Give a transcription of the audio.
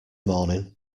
morning